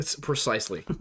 precisely